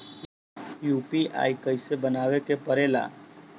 UPI कइसे बनावे के परेला?